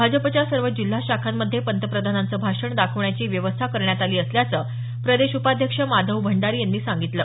भाजपच्या सर्व जिल्हा शाखांमध्ये पंतप्रधानांचं भाषण दाखवण्याची व्यवस्था करण्यात आली असल्याचं प्रदेश उपाध्यक्ष माधव भंडारी यांनी सांगितलं